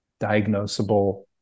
diagnosable